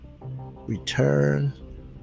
return